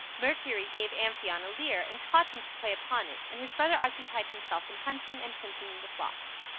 mercury gave amphion a lyre and taught him to play upon it, and his brother occupied himself in hunting and tending the flocks.